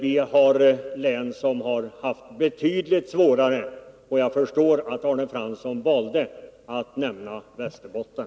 Vi har län som har drabbats betydligt hårdare, och jag förstår att Arne Fransson valde att nämna Västerbotten.